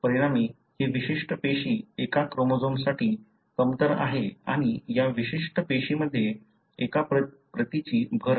परिणामी हि विशिष्ट पेशी एका क्रोमोझोम्ससाठी कमतर आहे आणि या विशिष्ट पेशीमध्ये एका प्रतीची भर आहे